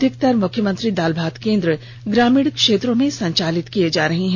अधिकतर मुख्यमंत्री दाल भात केंद्र ग्रामीण क्षेत्रों में संचालित किए जा रहे हैं